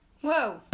Whoa